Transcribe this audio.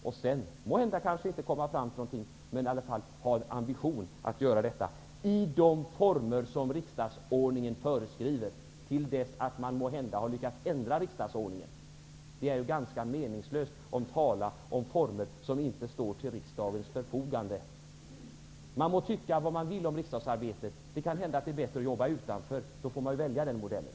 Sedan kan man måhända inte komma fram till något, men det måste ändå finnas en ambition att det skall gå att göra i de former som riksdagsordningen föreskriver till dess man måhända ändrar riksdagsordningen. Det är ganska meningslöst att tala om former som inte står till riksdagens förfogande. Man må tycka vad man vill om riksdagsarbetet. Det kan hända att det är bättre att jobba utanför riksdagen, men då får man välja den modellen.